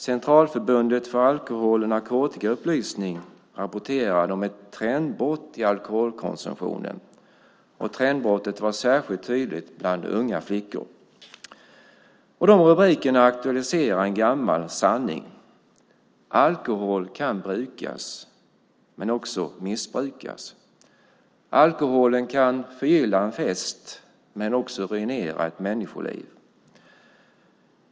Centralförbundet för alkohol och narkotikaupplysning rapporterade om ett trendbrott i alkoholkonsumtionen. Trendbrottet var särskilt tydligt bland unga flickor. De rubrikerna aktualiserade en gammal sanning: Alkohol kan brukas men också missbrukas. Alkoholen kan förgylla en fest men också ruinera ett människoliv.